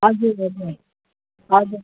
हजुर हजुर हजुर